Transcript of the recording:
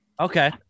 okay